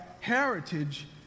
heritage